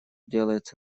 делается